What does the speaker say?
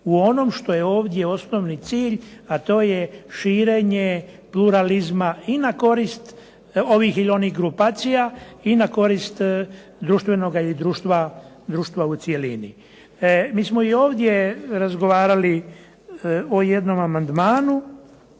u onom što je ovdje osnovni cilj, a to je širenje pluralizma i na korist ovih ili onih grupacija i na korist društvenoga i društva u cjelini. Mi smo i ovdje razgovarali o jednom amandmanu